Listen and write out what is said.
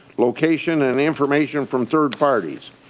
location and information from third parties.